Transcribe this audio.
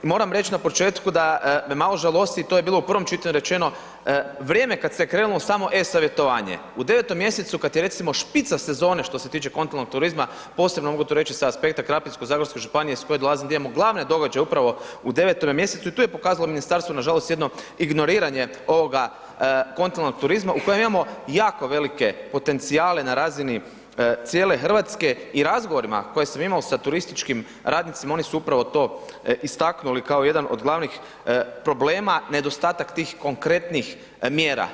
Moram reć na početku da me malo žalosti, to je bilo u prvom čitanju rečeno, vrijeme kad se krenulo u samo e-savjetovanje, u 9 mjesecu, kad je recimo špica sezone što se tiče kontinentalnog turizma, posebno mogu to reći sa aspekta krapinsko-zagorske županije iz koje dolazim gdje imamo glavne događaje upravo u 9 mjesecu i tu je pokazalo ministarstvo nažalost jedno ignoriranje ovoga kontinentalnog turizma u kojem imamo jako velike potencijale na razini cijele RH i razgovorima koje sam imao sa turističkim radnicima, oni su upravo to istaknuli kao jedan od glavnih problema, nedostatak tih konkretnih mjera.